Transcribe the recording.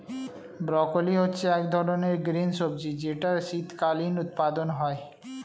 broccoli হচ্ছে এক ধরনের গ্রিন সবজি যেটার শীতকালীন উৎপাদন হয়ে